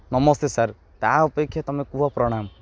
ନମସ୍ତେ sir ତା ଅପେକ୍ଷା ତୁମେ କୁହ ପ୍ରଣାମ